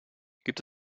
gibt